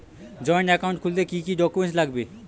Joint account খুলতে কি কি ডকুমেন্টস লাগবে?